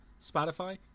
Spotify